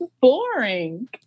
boring